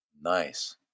nice